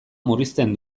murrizten